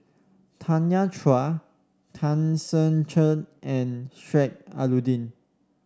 Tanya Chua Tan Ser Cher and Sheik Alau'ddin